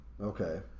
Okay